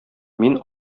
мин